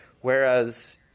whereas